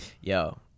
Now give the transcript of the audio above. yo